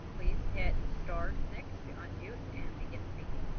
please hit star-six to unmute and begin speaking.